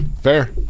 Fair